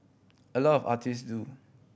a lot of artist do